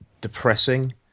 depressing